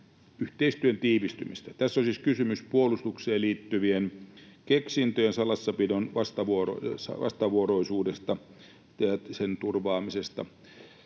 yhteistyön tiivistymistä. Tässä on siis kysymys puolustukseen liittyvien keksintöjen salassapidon vastavuoroisuudesta, sen turvaamisesta,